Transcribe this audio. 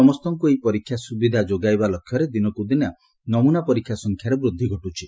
ସମସ୍ତଙ୍କୁ ଏହି ପରୀକ୍ଷା ସ୍ୱବିଧା ଯୋଗାଇବା ଲକ୍ଷ୍ୟରେ ଦିନକୁ ଦିନ ନମୁନା ପରୀକ୍ଷା ସଂଖ୍ୟାରେ ବୃଦ୍ଧି ଘଟୁଛି